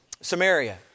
Samaria